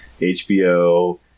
HBO